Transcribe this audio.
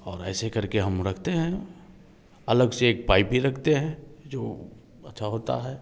और ऐसे करके हम रखते हैं अलग से एक पाइप भी रखते हैं जो अच्छा होता है